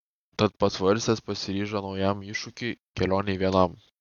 tad pasvarstęs pasiryžo naujam iššūkiui kelionei vienam